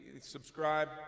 subscribe